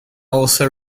also